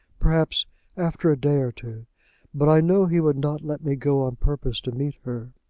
perhaps after a day or two but i know he would not let me go on purpose to meet her.